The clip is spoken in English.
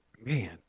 man